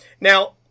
Now